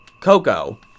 Coco